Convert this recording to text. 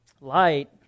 Light